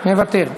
מוותר.